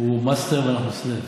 הוא מאסטר ואנחנו slaves.